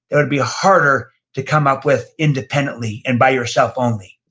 that would be harder to come up with independently and by yourself only.